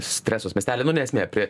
stresos miestely nu ne esmė prie